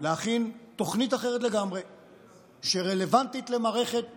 להכין תוכנית אחרת לגמרי שרלוונטית למערכת המשפט,